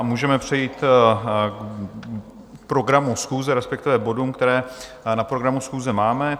Můžeme přejít k programu schůze, respektive bodům, které na programu schůze máme.